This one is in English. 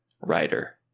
writer